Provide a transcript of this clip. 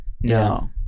No